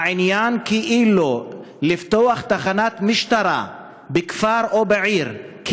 העניין כאילו לפתוח תחנת משטרה בכפר או בעיר זה,